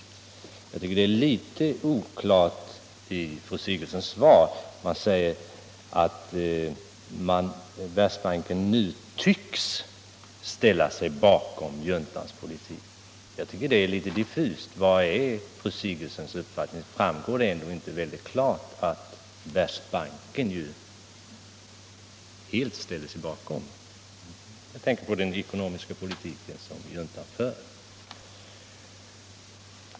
På den punkten tycker jag att fru Sigurdsens svar är litet oklart; hon säger att Världsbanken nu tycks ställa sig bakom juntans politik, och det är ju litet diffust. Vilken är fru Sigurdsens uppfattning? Faktum är väl att Världsbanken helt ställer sig bakom den ekonomiska politik som juntan för?